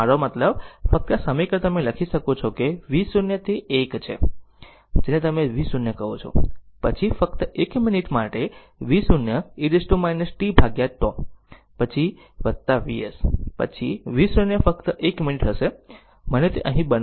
મારો મતલબ ફક્ત આ સમીકરણ તમે લખી શકો છો કે v0 તે 1 છે જેને તમે તેને v0 કહો છો પછી ફક્ત એક મિનિટ માટે v0 e t tτ પછી Vs પછી v0 ફક્ત 1 મિનિટ હશે મને તે અહીં બનાવવા દો